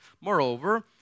Moreover